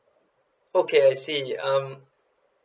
okay I see um